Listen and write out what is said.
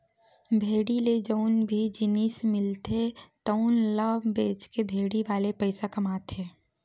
भेड़ी ले जउन भी जिनिस मिलथे तउन ल बेचके भेड़ी वाले पइसा कमाथे